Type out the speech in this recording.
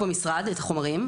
במשרד את החומרים,